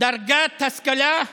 דרגת השכלה,